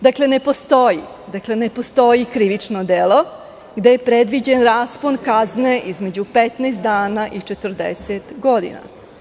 Dakle, ne postoji krivično delo gde je predviđen raspon kazne između 15 dana i 40 godina.